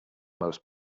most